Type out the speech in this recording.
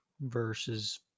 versus